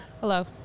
Hello